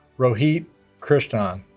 rohit krishnan